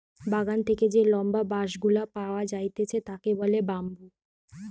বাগান থেকে যে লম্বা বাঁশ গুলা পাওয়া যাইতেছে তাকে বলে বাম্বু